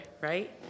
right